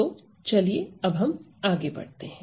तो चलिए अब हम आगे बढ़ते हैं